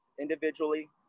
individually